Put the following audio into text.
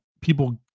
people